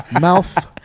Mouth